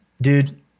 dude